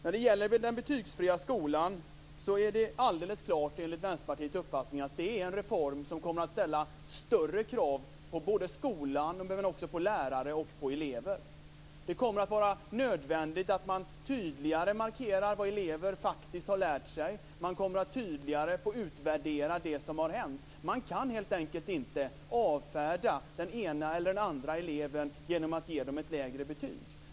När det gäller den betygsfria skolan är det alldeles klart enligt Vänsterpartiets uppfattning att det är en reform som kommer att ställa större krav på skolan, lärare och elever. Det kommer att vara nödvändigt att man tydligare markerar vad elever faktiskt har lärt sig. Man kommer att tydligare få utvärdera det som har hänt. Man kan helt enkelt inte avfärda den ena eller den andra eleven genom att ge eleven ett lägre betyg.